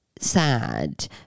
sad